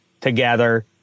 together